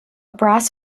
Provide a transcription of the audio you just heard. brass